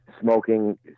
smoking